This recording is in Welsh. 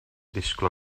disgwyl